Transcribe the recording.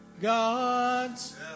God's